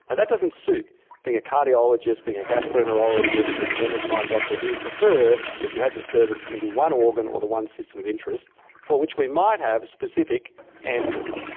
and that doesn't suit being a cardiologist, being a gastroenterologist, being an endocrine doctor, who would prefer that you had disturbance in the one organ or the one system of interest for which we might have specific answers.